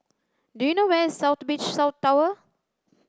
do you know where is South Beach South Tower